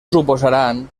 suposaran